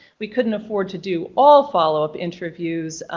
we couldn't afford to do all follow-up interviews